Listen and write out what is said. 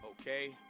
Okay